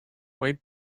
wait